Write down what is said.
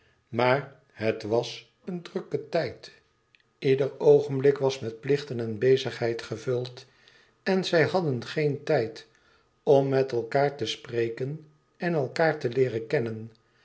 maar het was een drukke tijd ieder oogenblik was met plichten en bezigheid gevuld en zij hadden geen tijd om met elkaâr te spreken en elkaâr te leeren kennen